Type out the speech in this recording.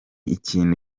ikintu